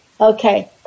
Okay